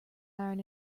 iron